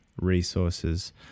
resources